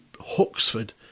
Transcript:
Huxford